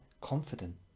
confident